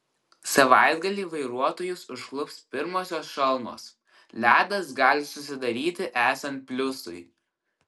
savaitgalį vairuotojus užklups pirmosios šalnos ledas gali susidaryti esant pliusui